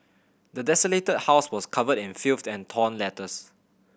the desolated house was covered in filth and torn letters